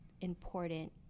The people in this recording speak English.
important